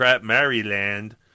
Maryland